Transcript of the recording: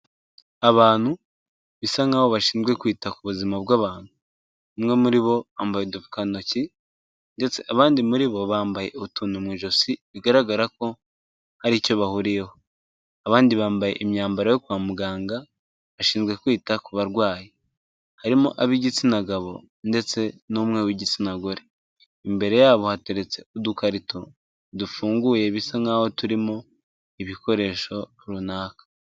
Abantu bisa nkaho bashinzwe kwita ku buzima bw'abantu, umwe muri bo yambaye udupfukantoki ndetse abandi muri bo bambaye utuntu mu ijosi bigaragara ko hari icyo bahuriyeho, abandi bambaye imyambaro yo kwa muganga bashinzwe kwita ku barwayi, harimo ab'igitsina gabo ndetse n'umwe w'igitsina gore, imbere yabo hateretse udukarito dufunguye bisa nkaho turimo ibikoresho runaka.